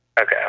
Okay